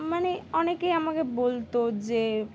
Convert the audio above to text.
মানে অনেকেই আমাকে বলতো যে